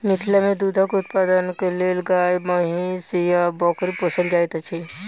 मिथिला मे दूधक उत्पादनक लेल गाय, महीँस आ बकरी पोसल जाइत छै